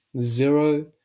zero